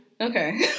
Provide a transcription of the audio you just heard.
Okay